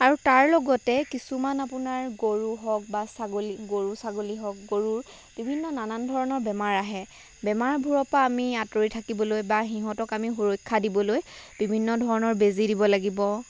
আৰু তাৰ লগতে কিছুমান আপোনাৰ গৰু হওক বা ছাগলী গৰু ছাগলী হওক গৰুৰ বিভিন্ন নানান ধৰণৰ বেমাৰ আহে বেমাৰবোৰৰ পৰা আমি আঁতৰি থাকিবলৈ বা সিহঁতক আমি সুৰক্ষা দিবলৈ বিভিন্ন ধৰণৰ বেজি দিব লাগিব